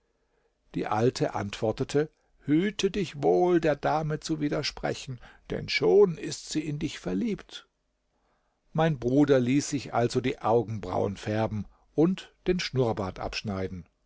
die alte antwortete hüte dich wohl der dame zu widersprechen denn schon ist sie in dich verliebt mein bruder ließ sich also die augenbrauen färben und den schnurrbart abschneiden